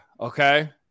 okay